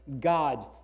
God